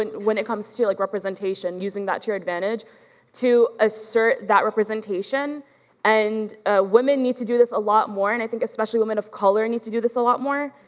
and when it comes to like representation, using that to your advantage to assert that representation and women to do this a lot more and i think especially women of color need to do this a lot more.